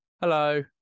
Hello